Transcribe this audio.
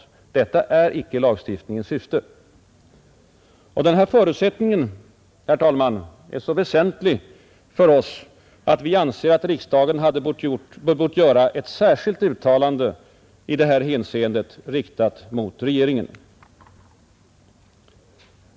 Detta är icke lagstiftningens syfte. Denna förutsättning, herr talman, är så väsentlig för oss att vi anser att riksdagen bort göra ett särskilt uttalande därom, riktat mot regeringen.